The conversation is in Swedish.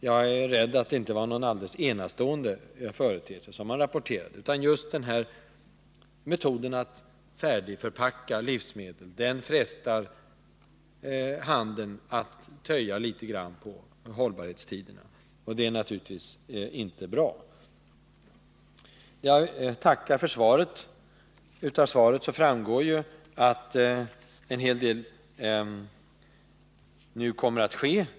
Jag är rädd för att det inte var en helt enastående företeelse som DN rapporterade, utan att just den här metoden att färdigförpacka livsmedel frestar handeln att töja litet grand på hållbarhetstiderna. Det är naturligtvis inte bra. Jag vill tacka för svaret. Av det framgår att en hel del nu kommer att ske.